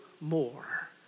more